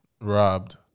robbed